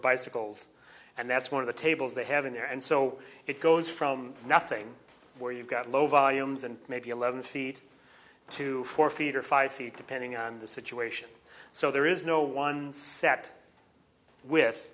bicycles and that's one of the tables they have in there and so it goes from nothing where you've got low volumes and maybe eleven feet to four feet or five feet depending on the situation so there is no one set with